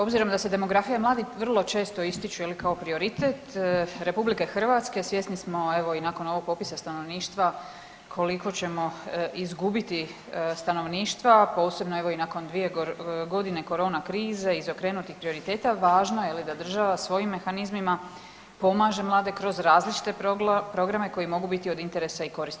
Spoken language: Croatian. Obzirom da se demografija mladih vrlo često ističu je li kao prioritet RH svjesni smo evo i nakon ovog popisa stanovništva koliko ćemo izgubiti stanovništva, posebno evo i nakon 2 godine korona krize iz okrenuti prioriteta važno je da država svojim mehanizmima pomaže mlade kroz različite programe koji mogu biti od interesa i koristi.